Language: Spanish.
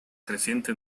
creciente